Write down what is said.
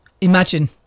Imagine